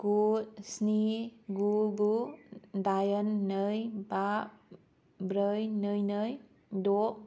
गु स्नि गु गु दाइन नै बा ब्रै नै नै द'